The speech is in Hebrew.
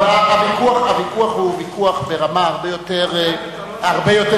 אבל הוויכוח הוא ויכוח ברמה הרבה יותר עקרונית.